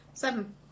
Seven